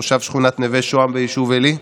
תושב שכונת נווה שהם ביישוב עלי,